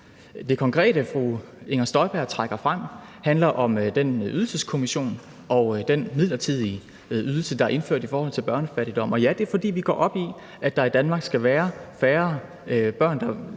Det konkrete eksempel, fru Inger Støjberg trækker frem, handler om den ydelseskommission, der er nedsat, og den midlertidige ydelse, der er indført i forhold til børnefattigdom. Og ja, det er, fordi vi går op i, at der i Danmark skal være færre børn, der